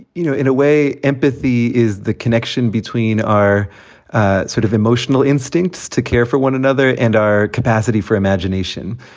you know in a way, empathy is the connection between our sort of emotional instincts to care for one another and our capacity for imagination.